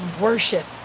worship